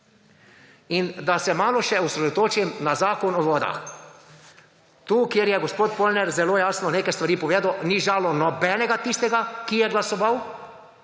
In da se malo še osredotočim na Zakon o vodah. Tu, kjer je gospod Polnar zelo jasno neke stvari povedal, ni žalil nobenega tistega, ki je glasoval